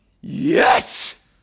Yes